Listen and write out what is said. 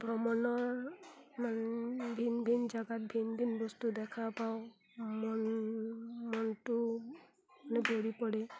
ভ্ৰমণৰ মানে ভিন ভিন জেগাত ভিন ভিন বস্তু দেখা পাওঁ মন মনটো মানে ভৰি পৰে